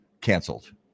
canceled